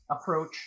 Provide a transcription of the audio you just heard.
approach